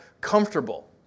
comfortable